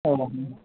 ଓ ହୋ